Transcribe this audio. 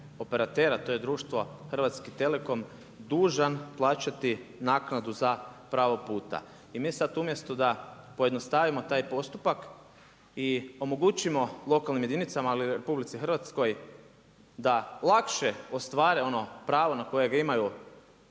to je društvo, Hrvatski telekom dužan plaćati naknadu za pravo puta. I mi sada umjesto da pojednostavimo taj postupak i omogućimo lokalnim jedinicama ali i RH da lakše ostvare ono pravo na koje ga